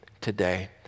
today